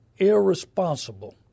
Irresponsible